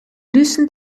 loosened